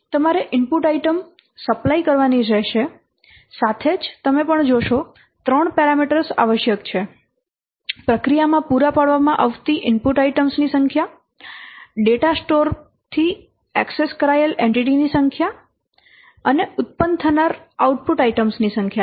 તમારે input item supply કરવાની રહેશે સાથે જ તમે પણ જોશો ત્રણ પેરામીટર્સ આવશ્યક છે પ્રક્રિયામાં પૂરા પાડવામાં આવતી ઇનપુટ આઇટમ ની સંખ્યા ડેટા સ્ટોર થી ઍક્સેસ કરાયેલ એન્ટિટી ની સંખ્યા અને ઉત્પન્ન થનાર આઉટપુટ આઇટમ ની સંખ્યા છે